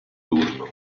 turno